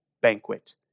banquet